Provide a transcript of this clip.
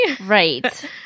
Right